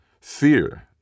fear